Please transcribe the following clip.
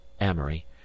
amory